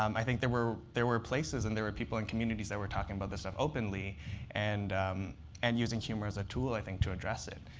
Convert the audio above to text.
um i think there were there were places and there were people and communities that we were talking about this um openly and and using humor as a tool, i think, to address it.